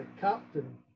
captain